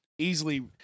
Easily